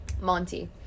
Monty